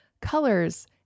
colors